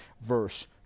verse